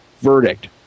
verdict